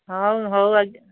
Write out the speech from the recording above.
ହଉ ହଉ ଆଜ୍ଞା